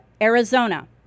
Arizona